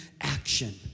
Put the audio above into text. action